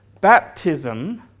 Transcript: Baptism